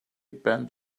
bent